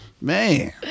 man